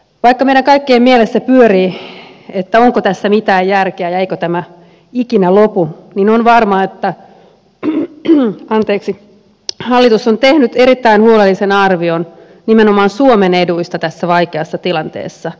vaikka meidän kaikkien mielessä pyörii onko tässä mitään järkeä ja eikö tämä ikinä lopu niin on varmaa että hallitus on tehnyt erittäin huolellisen arvion nimenomaan suomen eduista tässä vaikeassa tilanteessa